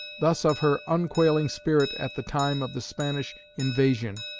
thus of her unquailing spirit at the time of the spanish invasion